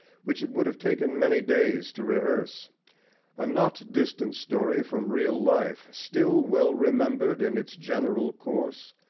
which it would have taken many days to rehearse a not distant story from real life still well remembered in its general course,